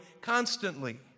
constantly